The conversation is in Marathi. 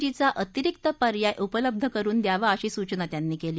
जी चा अतिरिक्त पर्याय उपलब्ध करुन द्यावा अशी सूचना प्रधान यांनी कली